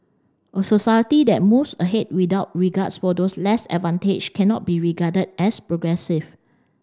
a society that moves ahead without regards for those less advantaged cannot be regarded as progressive